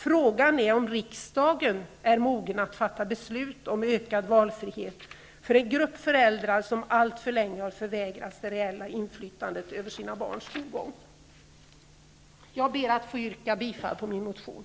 Frågan är om riksdagen är mogen att fatta beslut om ökad valfrihet för en grupp föräldrar som alltför länge förvägrats det reella inflytandet över sina barns skolgång. Jag ber att få yrka bifall till min motion.